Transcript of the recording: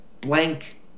blank